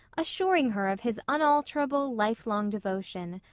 assuring her of his unalterable, life-long devotion.